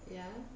ya